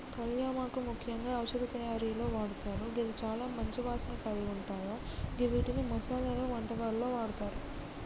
కళ్యామాకు ముఖ్యంగా ఔషధ తయారీలో వాడతారు గిది చాల మంచి వాసన కలిగుంటాయ గివ్విటిని మసాలలో, వంటకాల్లో వాడతారు